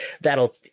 That'll